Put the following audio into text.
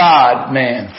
God-man